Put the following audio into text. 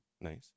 Nice